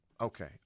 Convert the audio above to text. Okay